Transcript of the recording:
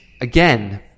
again